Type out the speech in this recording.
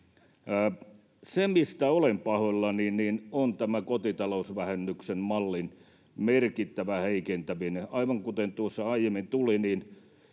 Se, mistä olen pahoillani, on kotitalousvähennyksen mallin merkittävä heikentäminen. Aivan kuten tuossa aiemmin tuli,